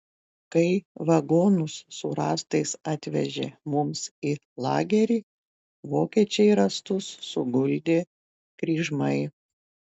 kai vagonus su rąstais atvežė mums į lagerį vokiečiai rąstus suguldė kryžmai